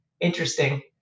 interesting